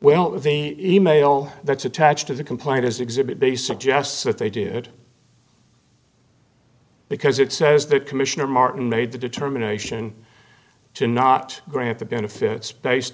well the e mail that's attached to the complaint is exhibit a suggests that they did because it says that commissioner martin made the determination to not grant the benefits based